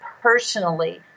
personally